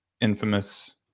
infamous